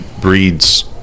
breeds